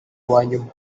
uwanyuma